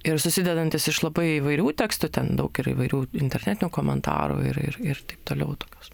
ir susidedantis iš labai įvairių tekstų ten daug ir įvairių internetinių komentarų ir ir ir taip toliau tokios